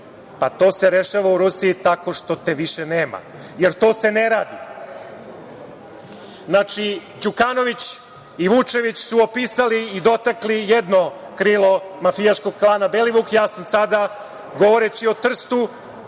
pa, to se rešava u Rusiji tako što te više nema, jer to se ne radi. Znači, Đukanović i Vučević su opisali i dotakli jedno krilo mafijaškog klana Belivuk, ja sam sada govoreći o Trstu,